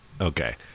Okay